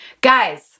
Guys